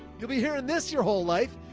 you'll be hearing this your whole life.